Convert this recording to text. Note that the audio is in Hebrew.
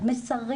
כתבנו מסרים.